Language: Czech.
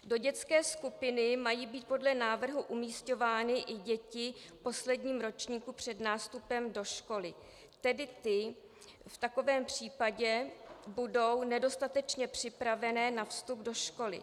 Do dětské skupiny mají být podle návrhu umísťovány i děti v posledním ročníku před nástupem do školy, tedy ty v takovém případě budou nedostatečně připravené na vstup do školy.